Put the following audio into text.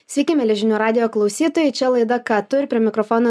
sveiki mieli žinių radijo klausytojai čia laida ką tu ir prie mikrofono